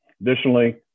Additionally